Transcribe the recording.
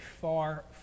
far